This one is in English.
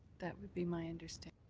that would be my understanding.